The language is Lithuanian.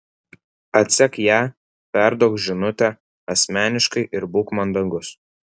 atsek ją perduok žinutę asmeniškai ir būk mandagus